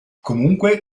comunque